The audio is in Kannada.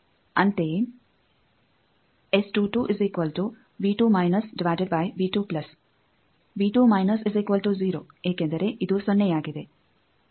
ಅಂತೆಯೇ ಏಕೆಂದರೆ ಇದು ಸೊನ್ನೆಯಾಗಿದೆ